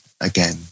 again